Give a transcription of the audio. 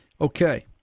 Okay